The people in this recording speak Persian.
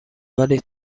ولی